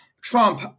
Trump